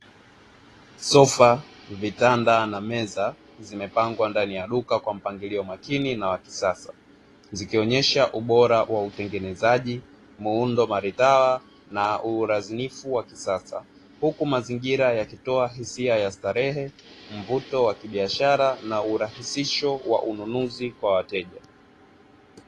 Sofa, vitanda na meza zimepangwa ndani ya duka kwa mpangilio makini na wa kisasa zikionyesha ubora wa utengenezaji, muundo, maridhaa na uradhinifu wa kisasa huku mazingira yakitoa hisia ya starehe, mvuto wa kibiashara na urahisisho wa ununuzi kwa wateja.